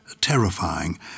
terrifying